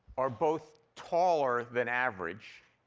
are both taller than average,